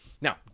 Now